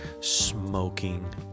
smoking